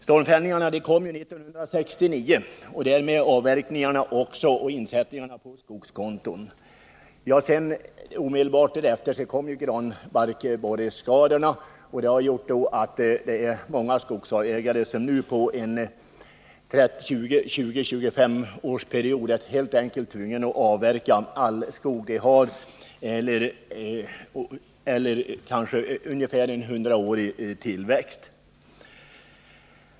Stormfällningarna kom 1969, och därmed avverkningarna och insättningarna på skogskonton. Omedelbart därefter kom granbarkborreskadorna. Detta har gjort att många skogsägare under en period av kanske 20-25 år helt enkelt är tvungna att avverka all skog de har — skog som ofta har en tillväxttid på 100 år.